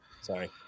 Sorry